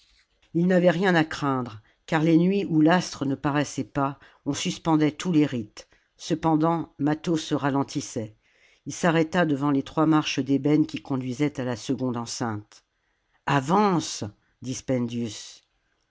ils n'avaient rien à craindre car les nuits où l'astre ne paraissait pas on suspendait tous les rites cependant mâtho se ralentissait il s'arrêta devant les trois marches d'ébène qui conduisaient à la seconde enceinte avance